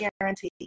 guarantee